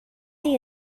sie